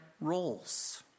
roles